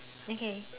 okay